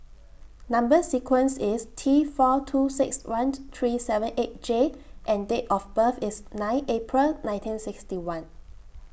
Number sequence IS T four two six one three seven eight J and Date of birth IS nine April nineteen sixty one